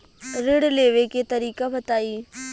ऋण लेवे के तरीका बताई?